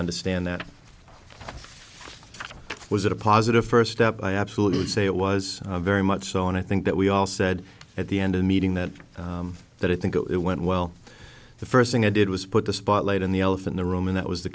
understand that it was a positive first step i absolutely say it was very much so and i think that we all said at the end of the meeting that that i think it went well the first thing i did was put the spotlight on the elephant the room and that was the